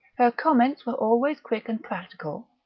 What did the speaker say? her comments were always quick and practical,